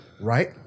right